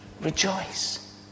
rejoice